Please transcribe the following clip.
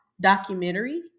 documentary